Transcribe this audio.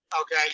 Okay